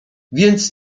więc